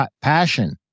passion